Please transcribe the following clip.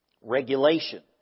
regulation